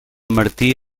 martí